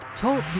Talk